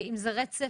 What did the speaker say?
אם זה רצף